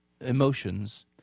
emotions